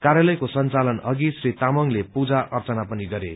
कार्यालयको संचालन अघि श्री तामाङले पूजा अर्चना पनि गरे